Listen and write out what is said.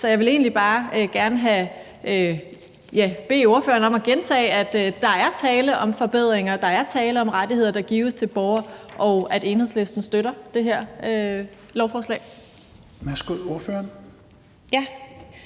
Så jeg vil egentlig bare gerne bede ordføreren om at gentage, at der er tale om forbedringer, at der er tale om rettigheder, der gives til borgere, og at Enhedslisten støtter det her lovforslag. Kl. 14:39 Tredje